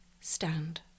stand